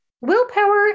Willpower